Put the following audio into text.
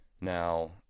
Now